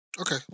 Okay